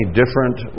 different